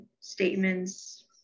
statements